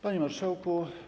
Panie Marszałku!